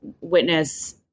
witness